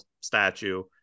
statue